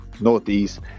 northeast